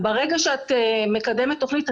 ברגע שאת מקדמת תוכנית,